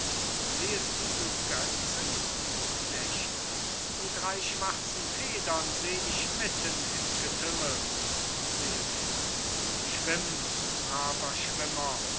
siehest du götzen knecht die drei schwarzen federn seh ich mitten im getümmel selbitz schwimm braver schwimmer